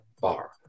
bar